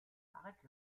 arrête